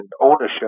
ownership